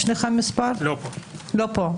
לא פה.